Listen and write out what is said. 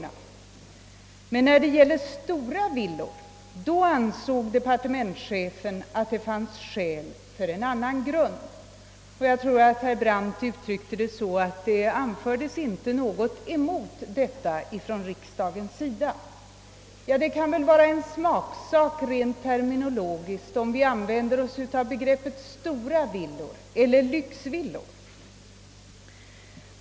När det däremot gällde stora villor, ansåg departementschefen att det fanns skäl till en annan grund för beskattningen. Jag vill minnas att herr Brandt uttryckte det så, att det från riksdagens sida inte anfördes något emot detta resonemang. Det kan väl vara en smaksak rent terminologiskt om vi använder oss av begreppet stora villor eller lyxvillor.